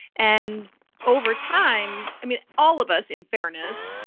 and over time, i mean, all of us, in fairness,